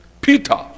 Peter